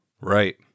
Right